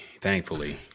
thankfully